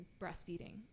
breastfeeding